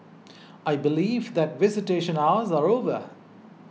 I believe that visitation hours are over